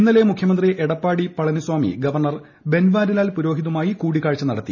ഇന്നലെ മുഖ്യമന്ത്രി എടപ്പാടി പളനിസ്വാമി ഗവർണർ ബൻവാരിലാൽ പുരോഹിതുമായി കൂടിക്കാഴ്ച നടത്തി